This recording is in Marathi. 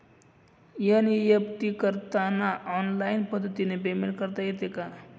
एन.ई.एफ.टी करताना ऑनलाईन पद्धतीने पेमेंट करता येते का?